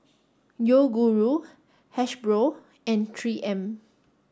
Yoguru Hasbro and three M